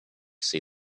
see